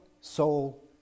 soul